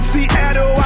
Seattle